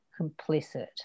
complicit